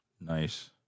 Nice